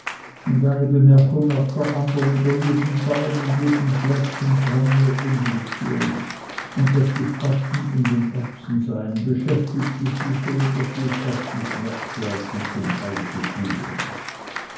und eine bemerkung nach der andern über jeden baum und jeden plätz entrann ihr unwillkürlich und daß die spatzen in den erbsen seien beschäftigte sie so daß sie es fast nicht merkte als sie zum hause fuhren